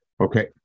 Okay